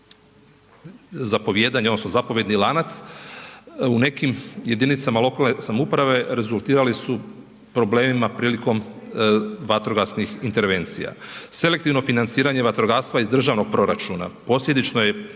zapovijedanja odnosno zapovjedni lanac u nekim jedinicama lokalne samouprave rezultirali su problemima prilikom vatrogasnih intervencija. Selektivno financiranje vatrogastva iz državnog proračuna posljedično je